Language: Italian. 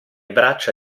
braccia